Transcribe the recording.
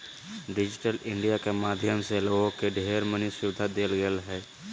digital India के माध्यम से लोगों के ढेर मनी सुविधा देवल गेलय ह